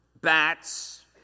bats